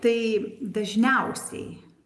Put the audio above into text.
tai dažniausiai